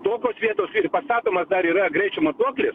tokios vietos ir pastatomas dar yra greičio matuoklis